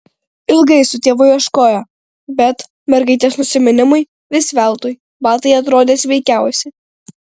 ilgai su tėvu ieškojo bet mergaitės nusiminimui vis veltui batai atrodė sveikiausi